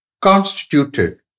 constituted